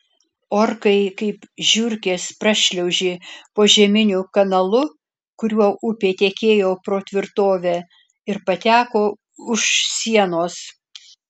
orkai kaip žiurkės prašliaužė požeminiu kanalu kuriuo upė tekėjo pro tvirtovę ir pateko už sienos